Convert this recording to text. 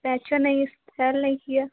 बेचा नहीं सैल नहीं किया